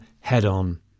head-on